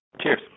Cheers